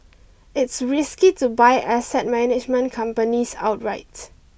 it's risky to buy asset management companies outright